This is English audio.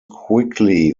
quickly